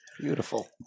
Beautiful